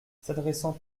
s’adressant